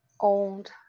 owned